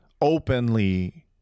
openly